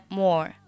more